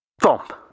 Thump